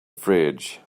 fridge